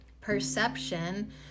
Perception